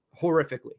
horrifically